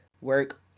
work